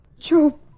Joe